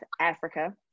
Africa